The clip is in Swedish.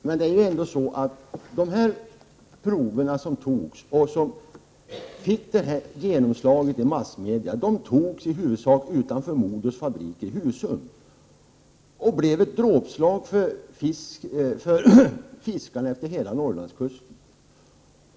Herr talman! De prover som fick detta genomslag i massmedia togs i huvudsak utanför MoDos fabrik i Husum och ledde till ett dråpslag för fiskarna utefter hela Norrlandskusten.